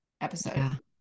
Episode